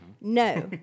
No